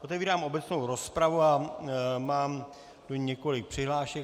Otevírám obecnou rozpravu a mám tu několik přihlášek.